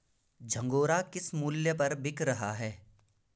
झंगोरा किस मूल्य पर बिक रहा है?